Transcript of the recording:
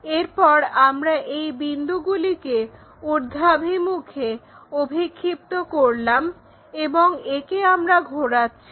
এরপর আমরা এই বিন্দুগুলিকে ঊর্ধ্বাভিমুখে অভিক্ষিপ্ত করলাম এবং একে আমরা ঘোরাচ্ছি